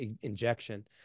injection